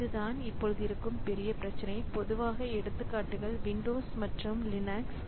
இதுதான் இப்பொழுது இருக்கும் பெரிய பிரச்சனை பொதுவான எடுத்துக்காட்டுகள் விண்டோஸ் மற்றும் லினக்ஸ்